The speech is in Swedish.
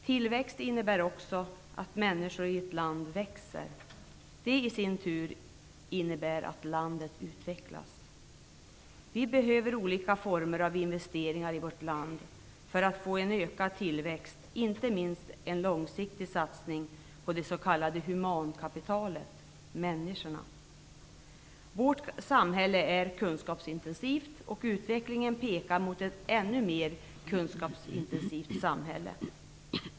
Tillväxt innebär också att människor i ett land växer, och det innebär i sin tur att landet utvecklas. Vi behöver olika former av investeringar i vårt land för att få en ökad tillväxt, inte minst en långsiktig satsning på människorna, det s.k. humankapitalet. Vårt samhälle är kunskapsintensivt, och utvecklingen pekar mot ett ännu mer kunskapsintensivt samhälle.